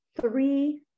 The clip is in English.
three